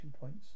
points